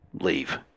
leave